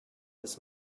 his